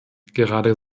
gerade